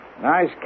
Nice